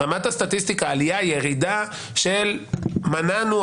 ברמת הסטטיסטיקה יש עלייה או ירידה של מנענו,